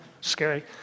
Scary